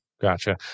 Gotcha